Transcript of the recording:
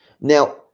now